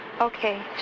Okay